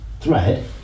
thread